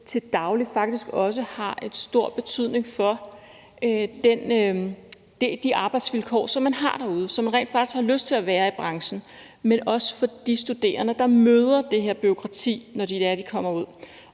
til daglig faktisk også har en stor betydning for de arbejdsvilkår, som man har derude, så man rent faktisk har lyst til at være i branchen, men også for de studerende, der møder det her bureaukrati, når de kommer ud.